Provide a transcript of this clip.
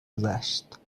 گذشت